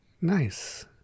Nice